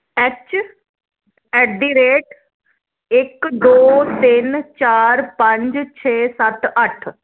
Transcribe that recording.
H at the rate ਇਕ ਦੋ ਤਿਨ ਚਾਰ ਪੰਜ ਛੇ ਸੱਤ ਅੱਠ